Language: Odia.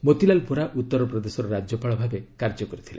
ମୋତିଲାଲ ଭୋରା ଉତ୍ତରପ୍ରଦେଶର ରାଜ୍ୟପାଳ ଭାବେ କାର୍ଯ୍ୟ କରିଥିଲେ